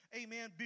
amen